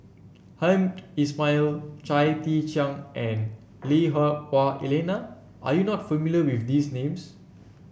Hamed Ismail Chia Tee Chiak and Lui Hah Wah Elena are you not familiar with these names